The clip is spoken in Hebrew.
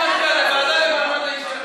אני מציע לוועדה למעמד האישה.